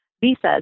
visas